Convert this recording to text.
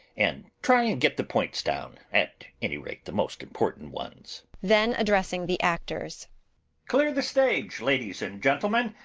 and try and get the points down, at any rate the most important ones. then addressing the actors clear the stage, ladies and gentlemen!